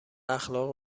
اخلاق